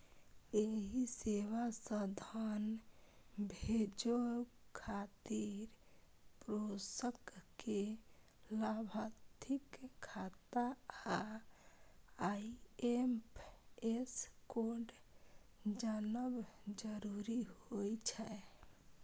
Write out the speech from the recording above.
एहि सेवा सं धन भेजै खातिर प्रेषक कें लाभार्थीक खाता आ आई.एफ.एस कोड जानब जरूरी होइ छै